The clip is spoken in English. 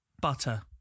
Butter